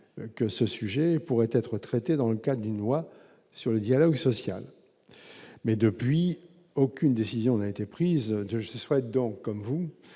que ce sujet pourrait être traité dans le cas d'une loi sur le dialogue social, mais depuis, aucune décision n'a été prise, je souhaite donc comme vous